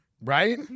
Right